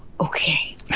okay